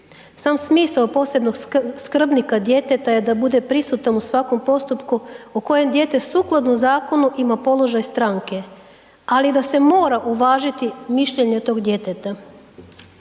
Sam smisao posebnog skrbnika djeteta je da bude prisutan u svakom postupku u kojem dijete sukladno zakonu ima položaj stranke, ali da se mora uvažiti mišljenje tog djeteta.